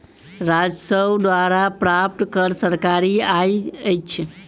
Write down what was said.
राजस्व द्वारा प्राप्त कर सरकारी आय अछि